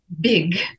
Big